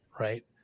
Right